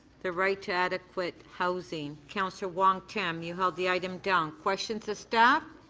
the right to adequate housing. councillor wong-tam you held the item down. questions of staff?